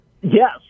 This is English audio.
Yes